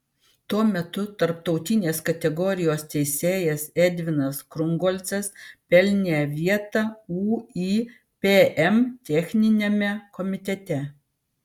tuo metu tarptautinės kategorijos teisėjas edvinas krungolcas pelnė vietą uipm techniniame komitete